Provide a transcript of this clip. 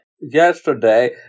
Yesterday